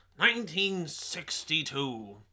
1962